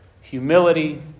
humility